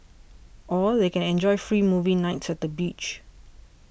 or they can enjoy free movie nights at the beach